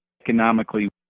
economically